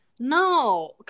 No